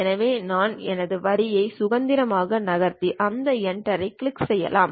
எனவே நான் எனது வரியை சுதந்திரமாக நகர்த்தி அந்த Enter ஐக் கிளிக் செய்யலாம்